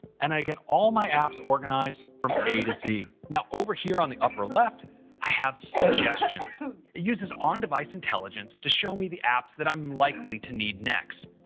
and i get all my apps organized from a to z. now over here on the upper left i have suggestions. it uses on-device intelligence to show me the apps that i'm likely to need next.